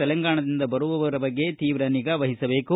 ತೆಲಂಗಾಣದಿಂದ ಬರುವವರ ಬಗ್ಗೆ ತೀವ್ರ ನಿಗಾವಹಿಸಬೇಕು